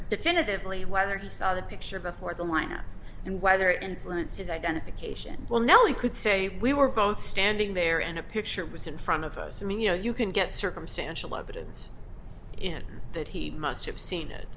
definitively whether he saw the picture before the lineup and whether it influenced his identification well nellie could say we were both standing there and a picture was in front of us i mean you know you can get circumstantial evidence in that he must have seen it